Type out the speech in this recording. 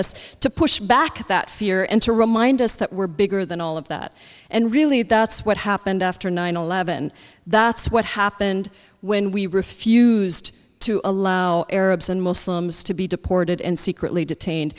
us to push back that fear and to remind us that we're bigger than all of that and really that's what happened after nine eleven that's what happened when we refused to allow arabs and muslims to be deported and secretly detained